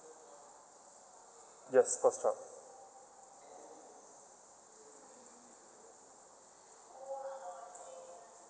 yes first child